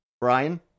brian